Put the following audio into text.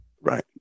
Right